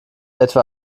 etwa